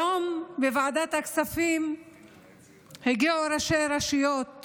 היום בוועדת הכספים הגיעו ראשי רשויות